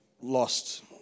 lost